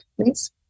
please